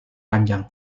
panjang